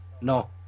no